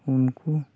ᱩᱱᱠᱩ